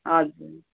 हजुर